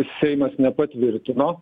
seimas nepatvirtino